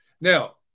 Now